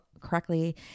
correctly